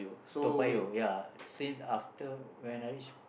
Toa-Payoh ya since after when I reach